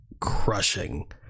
crushing